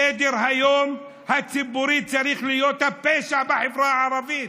על סדר-היום הציבורי צריך להיות הפשע בחברה הערבית.